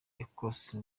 ecosse